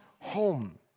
home